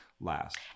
last